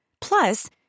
Plus